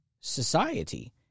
society